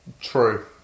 True